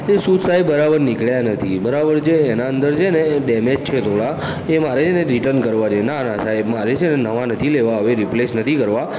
એ shoes સાહેબ બરાબર નીકળ્યા નથી બરાબર છે એનાં અંદર છે ને એ ડેમેજ છે થોડાં એ મારે છે ને રિટર્ન કરવા છે ના ના સાહેબ મારે છે ને નવાં નથી લેવા હવે રિપ્લેસ નથી કરવા